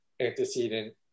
antecedent